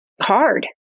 hard